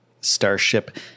Starship